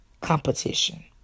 competition